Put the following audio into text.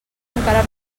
encara